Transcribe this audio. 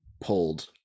pulled